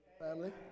family